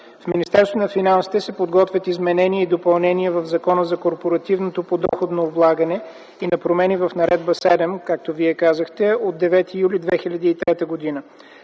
се подготвят изменения и допълнения в Закона за корпоративното подоходно облагане и на промени в Наредба № 7, както Вие казахте, от 9 юли 2003 г.